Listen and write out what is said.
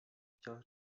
chtěl